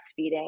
breastfeeding